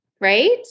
right